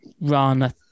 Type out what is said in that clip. run